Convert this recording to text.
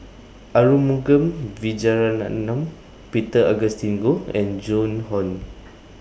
Arumugam Vijiaratnam Peter Augustine Goh and Joan Hon